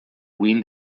win